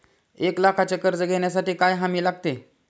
एक लाखाचे कर्ज घेण्यासाठी काय हमी लागते?